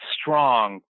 strong